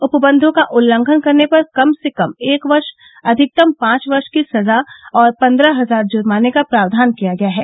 उपबन्धों का उल्लंघन करने पर कम से कम एक वर्ष अधिकतम पांच वर्ष की सजा और पन्द्रह हजार जुर्माने का प्रावधान किया गया है